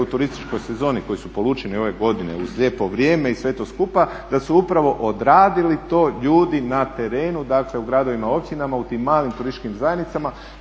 u turističkoj sezoni koji su polučeni ove godine uz lijepo vrijeme i sve to skupa, da su upravo odradili to ljudi na terenu, dakle u gradovima, općinama, u tim malim turističkim zajednicama